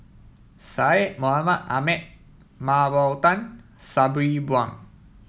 Syed Mohamed Ahmed Mah Bow Tan Sabri Buang